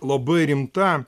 labai rimta